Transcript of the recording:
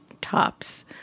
tops—